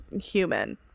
human